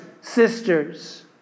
sisters